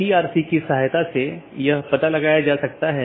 वोह इसको यह ड्रॉप या ब्लॉक कर सकता है एक पारगमन AS भी होता है